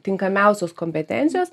tinkamiausios kompetencijos